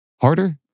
Harder